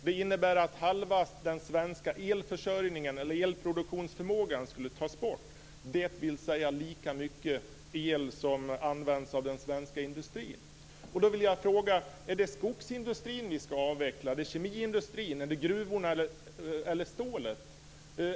Det innebär att halva den svenska elproduktionsförmågan skulle tas bort, dvs. lika mycket el som används av den svenska industrin. Då vill jag fråga: Är det skogsindustrin ni ska avveckla, är det kemiindustrin, är det gruvorna eller stålet?